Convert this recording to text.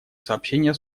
сообщение